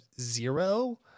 zero